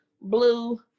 blue